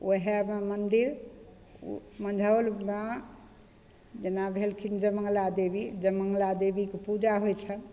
ओहेमे मन्दिर मँझौलमे जेना भेलखिन जय मङ्गला देवी जय मङ्गला देवीके पूजा होइ छनि